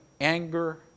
anger